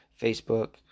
Facebook